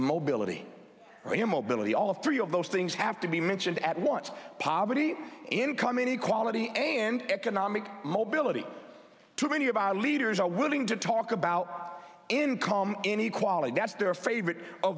you mobility all of three of those things have to be mentioned at once poverty income inequality and economic mobility to many of our leaders are willing to talk about income inequality that's their favorite o